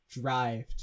drive